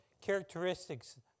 characteristics